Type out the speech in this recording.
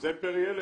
זה פר ילד.